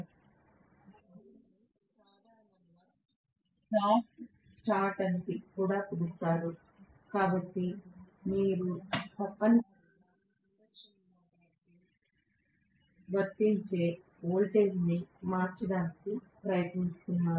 దీనిని సాధారణంగా soft start అని కూడా పిలుస్తారు కాబట్టి మీరు తప్పనిసరిగా ఇండక్షన్ మోటారుకు వర్తించే వోల్టేజ్ను మార్చడానికి ప్రయత్నిస్తున్నారు